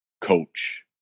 coach